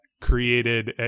created